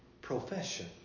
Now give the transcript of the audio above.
profession